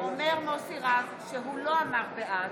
אומר מוסי רז שהוא לא אמר בעד,